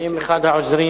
האם אחד העוזרים,